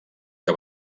que